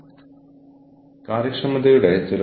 ഇത് പഠിക്കാനുള്ള ഒരു അത്ഭുതകരമായ മേഖലയാണെന്ന് തോന്നുന്നു